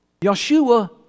Yeshua